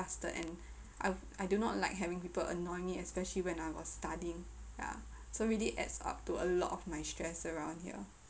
flustered and I I do not like having people annoy me especially when I was studying ya so really adds up to a lot of my stress around here